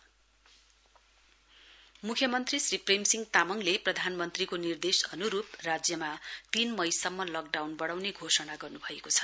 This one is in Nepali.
सिएम मुख्यमन्त्री श्री प्रेमसिंह तामङले प्रधानमन्त्रीको निर्देश अनुरुप राज्यमा तीन मईसम्म लकडाउन वढ़ाउने घोषणा गर्नुभएको छ